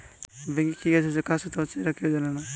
ব্যাংকে কি কাজ হচ্ছে কার সাথে হচ্চে একটা কেউ জানে না